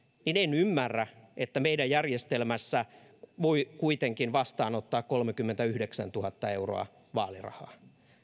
niin en ymmärrä että meidän järjestelmässämme voi kuitenkin vastaanottaa kolmekymmentäyhdeksäntuhatta euroa vaalirahaa